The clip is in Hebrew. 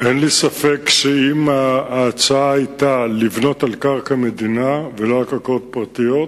אין לי ספק שאם ההצעה היתה לבנות על אדמת מדינה ולא על קרקעות פרטיות,